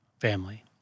family